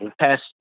past